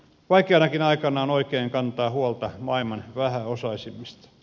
vaikeanakin aikana on oikein kantaa huolta maailman vähäosaisimmista